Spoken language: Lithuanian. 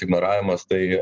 ignoravimas tai